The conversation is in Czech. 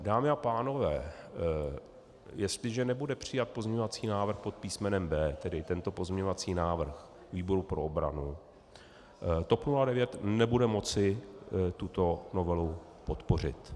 Dámy a pánové, jestliže nebude přijat pozměňovací návrh pod písmenem B, tedy tento pozměňovací návrh výboru pro obranu, TOP 09 nebude moci tuto novelu podpořit.